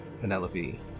Penelope